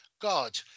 God